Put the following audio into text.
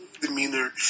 demeanor